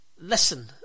listen